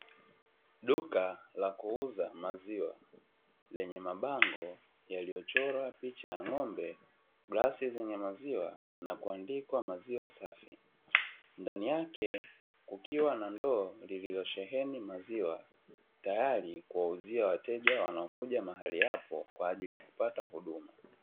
Duka la kuuza maziwa lenye mabango yaliyochorwa picha ya ng'ombe, glasi zenye maziwa na kuandikwa 'maziwa safi' ndani yake kukiwa na ndoo lililosheheni maziwa, tayari kuwauzia wateja wanaokuja mahali hapo, kwa ajili ya kupata huduma.